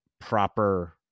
proper